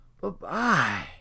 bye-bye